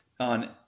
on